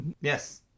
Yes